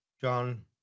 John